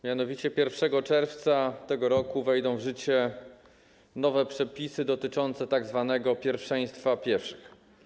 Mianowicie 1 czerwca tego roku wejdą w życie nowe przepisy dotyczące tzw. pierwszeństwa pieszych.